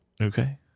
Okay